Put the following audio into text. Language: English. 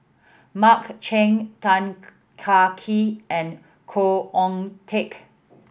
Mark Chan Tan Kah Kee and Khoo Oon Teik